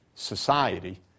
society